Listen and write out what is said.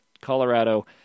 Colorado